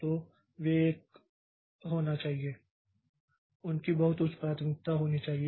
तो वे एक होना चाहिए उनकी बहुत उच्च प्राथमिकता होनी चाहिए